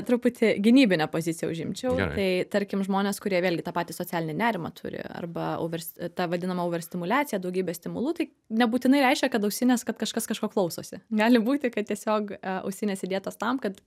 truputį gynybinę pozicija užimčiau tai tarkim žmonės kurie vėlgi tą patį socialinį nerimą turi arba overs tą vadinamą overstimuliacija daugybė stimulų tai nebūtinai reiškia kad ausinės kad kažkas kažko klausosi gali būti kad tiesiog ausinės įdėtos tam kad